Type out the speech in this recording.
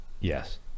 yes